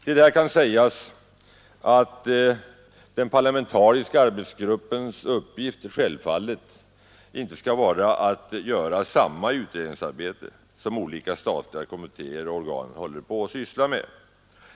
Till detta kan sägas att den parlamentariska arbetsgruppens uppgift självfallet inte skall vara att göra samma utredningsarbete som olika statliga kommittéer och organ redan håller på med.